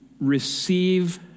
receive